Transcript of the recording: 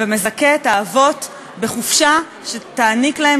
ומזכה את האבות בחופשה שתעניק להם